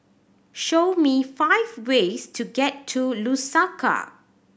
show me five ways to get to Lusaka